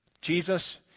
Jesus